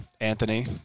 Anthony